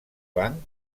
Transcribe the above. banc